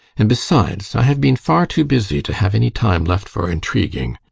and besides, i have been far too busy to have any time left for intriguing.